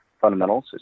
fundamentals